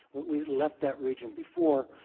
we left that region before,